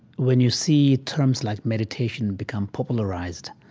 when you see terms like meditation become popularized,